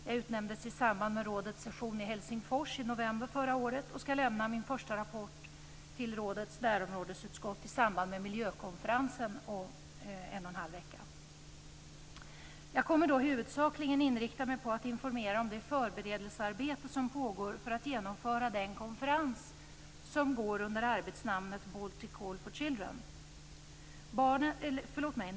Jag utnämndes i samband med rådets session i Helsingfors i november förra året och skall lämna min första rapport till rådets närområdesutskott i samband med miljökonferensen om en och en halv vecka. Jag kommer huvudsakligen att inrikta mig på att informera om det förberedelsearbete som pågår inför genomförandet av den konferens som går under arbetsnamnet Baltic call for children.